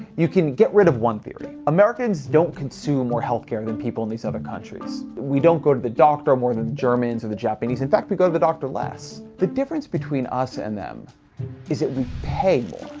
you can get rid of one theory. americans don't consume more health care and than people in these other countries. we don't go to the doctor more than the germans or the japanese. in fact we go to the doctor less. the difference between us and them is that we pay